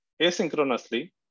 asynchronously